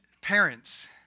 parents